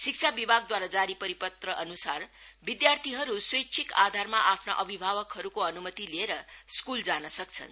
शिक्षा विभागद्वारा जारी परिपत्र अनुसार विध्यार्थीहरू स्वेच्छिक आधारमा आफ्ना अभिभावकहरूको अनुमति लिएर स्कूल जान सक्छन्